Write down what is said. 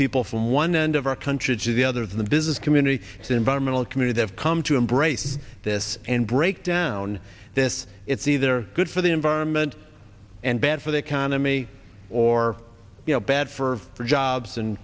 people from one end of our country the other the business community the environmental community have come to embrace this and break down this it's either good for the environment and bad for the economy or you know bad for for jobs and